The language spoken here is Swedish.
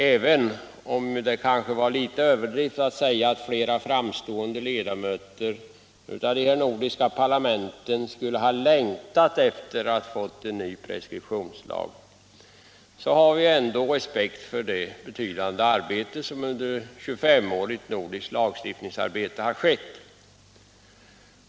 Även om det kanske var litet överdrivet att säga att flera framstående ledamöter av de nordiska parlamenten skulle ha längtat efter en ny preskriptionslag, har vi ändå respekt för det betydande arbete som under ett 25-årigt nordiskt lagstiftningsarbete har skett.